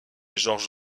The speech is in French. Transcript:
georges